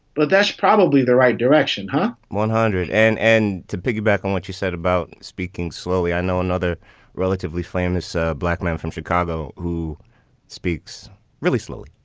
well, that's probably the right direction, huh? one hundred. and and to piggyback on what you said about speaking slowly, i know another relatively famous ah black man from chicago who speaks really slowly